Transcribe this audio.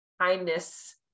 kindness